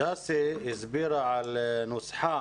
דסי הסבירה על נוסחה